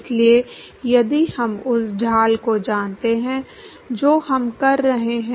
इसलिए यदि हम उस ढाल को जानते हैं जो हम कर रहे हैं